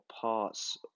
parts